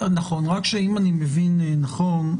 רק שאם אני מבין נכון,